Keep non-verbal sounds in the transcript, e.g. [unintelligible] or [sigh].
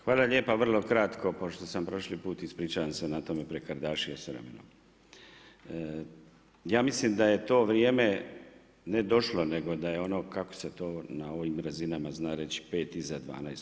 Hvala lijepo, vrlo kratko, pošto sam prošli put, ispričavam se, na tome, prekardašio … [unintelligible] Ja mislim da je to vrijeme ne došlo, nego ono, kako se to, na ovim razinama zna reći, 5 iza 12.